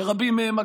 שרבים מהם,